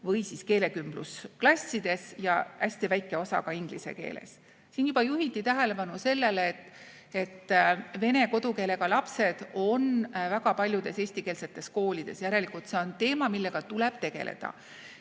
või keelekümblusklassides ja hästi väike osa ka inglise keeles. Siin juba juhiti tähelepanu sellele, et vene kodukeelega lapsed on väga paljudes eestikeelsetes koolides. Järelikult see on teema, millega tuleb tegeleda.